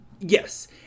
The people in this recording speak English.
Yes